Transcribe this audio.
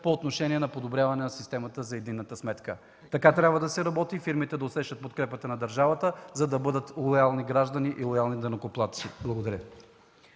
по отношение на намаляване на системата за единната сметка. Така трябва да се работи – фирмите да усещат подкрепата на държавата, за да бъдат лоялни граждани и лоялни данъкоплатци. Благодаря.